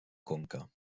conca